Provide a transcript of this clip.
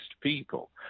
people